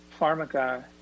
Pharmaca